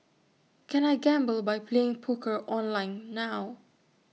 can I gamble by playing poker online now